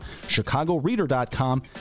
chicagoreader.com